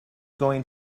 going